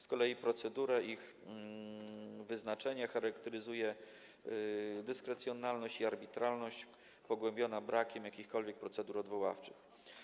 Z kolei procedurę ich wyznaczenia charakteryzuje dyskrecjonalność i arbitralność, pogłębiona brakiem jakichkolwiek procedur odwoławczych.